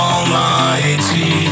Almighty